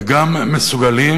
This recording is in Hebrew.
וגם מסוגלים,